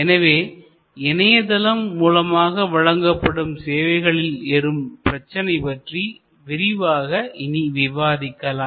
எனவே இணையதளம் மூலமாக வழங்கப்படும் சேவைகளில் எழும் பிரச்சனை பற்றி விரிவாக இனி விவாதிக்கலாம்